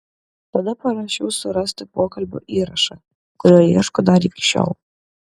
tada parašiau surasti pokalbio įrašą kurio ieško dar iki šiol